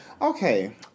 Okay